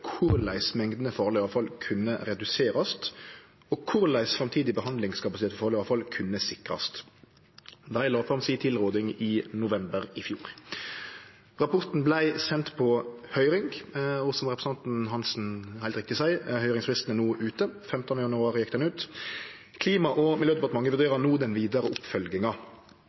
korleis mengdene farleg avfall kunne reduserast, og korleis framtidig behandlingskapasitet for farleg avfall kunne sikrast. Dei la fram tilrådinga si i november i fjor. Rapporten vart send på høyring, og som representanten Hansen heilt riktig seier, er høyringsfristen ute – han gjekk ut den 15. januar. Klima- og miljødepartementet vurderer no den vidare oppfølginga.